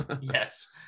Yes